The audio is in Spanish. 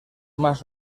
más